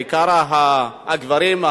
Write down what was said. בעיקר הגברים,